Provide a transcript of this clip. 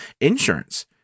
Insurance